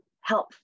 help